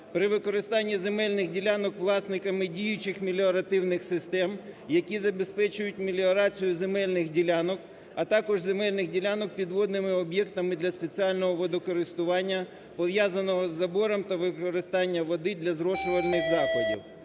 при використанні земельних ділянок власниками діючих меліоративних систем, які забезпечують меліорацію земельних ділянок, а також земельних ділянок під водними об'єктами для спеціального водокористування пов'язаного із забором та використанням води для зрошувальних заходів